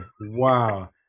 Wow